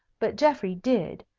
but geoffrey did,